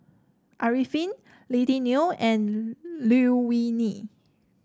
Arifin Lily Neo and Liew Wee Mee